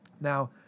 Now